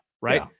Right